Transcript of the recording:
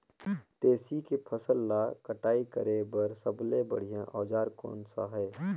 तेसी के फसल ला कटाई करे बार सबले बढ़िया औजार कोन सा हे?